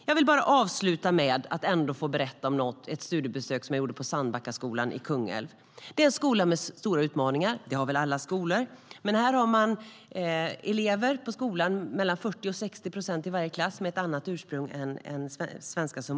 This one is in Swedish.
Jag vill avsluta med att berätta om ett studiebesök som jag gjorde på Sandbackaskolan i Kungälv. Det är en skola med stora utmaningar. Det har väl alla skolor, men här har man elever - mellan 40 och 60 procent i varje klass - med ett annat modersmål än svenska.